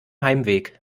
heimweg